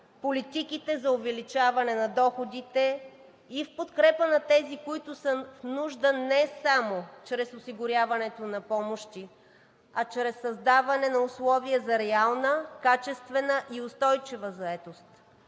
политиките за увеличаване на доходите и в подкрепа на тези, които са в нужда, не само чрез осигуряването на помощи, а чрез създаване на условия за реална, качествена и устойчива заетост.